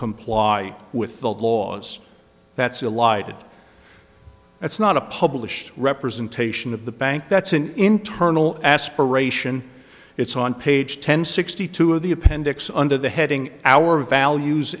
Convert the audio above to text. comply with the laws that's allied that's not a published representation of the bank that's an internal aspiration it's on page ten sixty two of the appendix under the heading our values